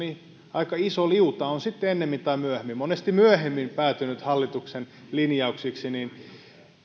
aika iso liuta on sitten ennemmin tai myöhemmin monesti myöhemmin päätynyt hallituksen linjauksiksi